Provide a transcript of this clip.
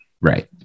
Right